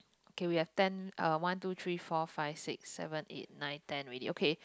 okay we have ten uh one two three four five six seven eight nine ten already okay